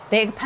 Big